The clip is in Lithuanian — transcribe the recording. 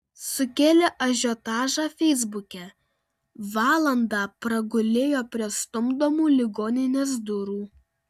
sukėlė ažiotažą feisbuke valandą pragulėjo prie stumdomų ligoninės durų